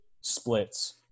splits